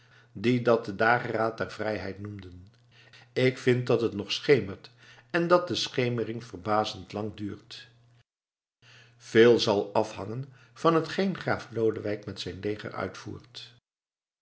die dat de dageraad der vrijheid noemden ik vind dat het nog schemert en dat de schemering verbazend lang duurt veel zal afhangen van hetgeen graaf lodewijk met zijn leger uitvoert